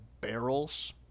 barrels